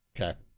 okay